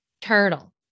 turtle